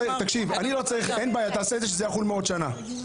אין בעיה תעשה שזה יחול מעוד שנה.